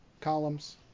columns